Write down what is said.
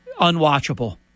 unwatchable